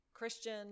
christian